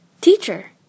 Teacher